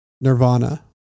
nirvana